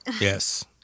yes